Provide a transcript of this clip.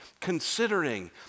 considering